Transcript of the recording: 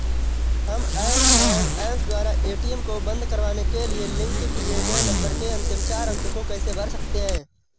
हम एस.एम.एस द्वारा ए.टी.एम को बंद करवाने के लिए लिंक किए गए नंबर के अंतिम चार अंक को कैसे भर सकते हैं?